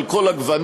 על כל הגוונים,